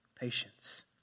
patience